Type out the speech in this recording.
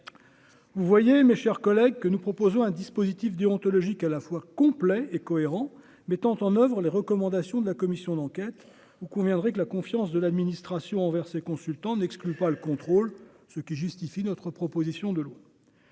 vous voyez mes chers collègues, que nous proposons un dispositif déontologique à la fois complet et cohérent, mettant en oeuvre les recommandations de la commission d'enquête ou que vous viendrez que la confiance de l'administration envers ces consultants n'exclut pas le contrôle, ce qui justifie notre proposition de loi